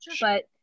but-